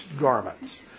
garments